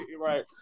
right